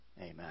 Amen